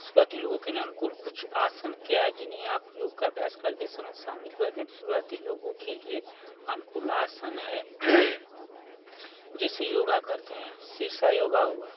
शुरुआती लोगों के लिए अनुकूल कुछ आसन क्या है जिन्हें आप योग का अभ्यास करते समय शामिल कर दें तो शुरुआती लोगों के लिए अनुकूल आसन है जैसे योगा करते हैं सिरसा योग हुआ